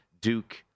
Duke